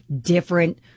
different